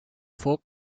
folk